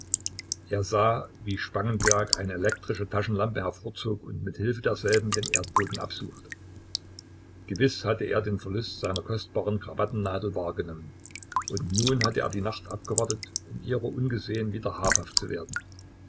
er sah wie spangenberg eine elektrische taschenlampe hervorzog und mit hilfe derselben den erdboden absuchte gewiß hatte er den verlust seiner kostbaren krawattennadel wahrgenommen und nun hatte er die nacht abgewartet um ihrer ungesehen wieder habhaft zu werden